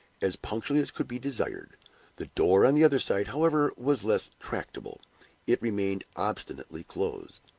as punctually as could be desired the door on the other side, however, was less tractable it remained obstinately closed.